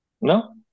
No